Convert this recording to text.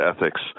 ethics